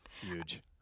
huge